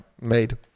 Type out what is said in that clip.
made